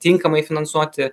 tinkamai finansuoti